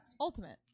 Ultimate